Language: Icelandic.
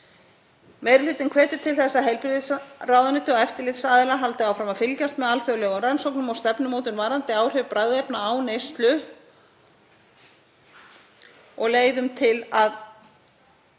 Meiri hlutinn hvetur til þess að heilbrigðisráðuneytið og eftirlitsaðilar haldi áfram að fylgjast með alþjóðlegum rannsóknum og stefnumótun varðandi áhrif bragðefna á neyslu nikótíns og leiðum til að